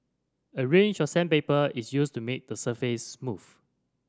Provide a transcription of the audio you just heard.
a range of sandpaper is used to make the surface smooth